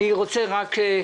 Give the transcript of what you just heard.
אני רוצה רק,